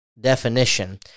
definition